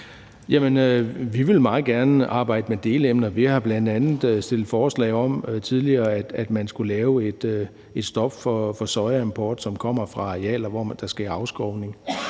vi vil meget gerne arbejde med delemner. Vi har tidligere bl.a. fremsat forslag om, at man skulle lave et stop for sojaimport, som kommer fra arealer, hvor der sker afskovning,